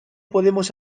podemos